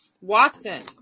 Watson